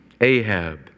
Ahab